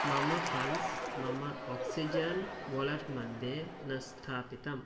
मम फ़ण्ड्स् मम oxygen wallet मध्ये न स्थापितम्